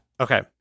Okay